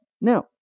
Now